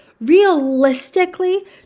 Realistically